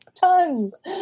Tons